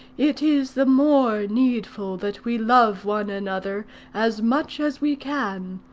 it is the more needful that we love one another as much as we can,